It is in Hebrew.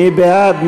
מי בעד?